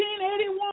1981